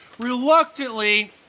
Reluctantly